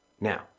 Now